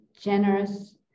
generous